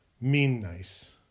mean-nice